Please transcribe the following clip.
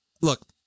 Look